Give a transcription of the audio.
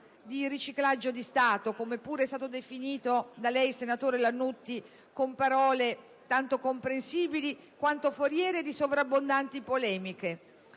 di riciclaggio di Stato, come pure è stato definito dal senatore Lannutti con parole tanto comprensibili quanto foriere di sovrabbondanti polemiche.